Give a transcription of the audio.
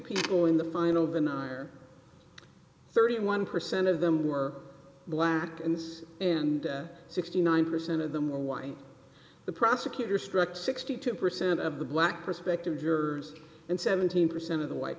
people in the final of the minor thirty one percent of them were black and this and sixty nine percent of them were white the prosecutor struck sixty two percent of the black prospective jurors and seventeen percent of the white